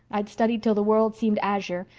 i'd studied until the world seemed azure.